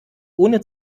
ohne